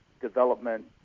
development